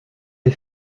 les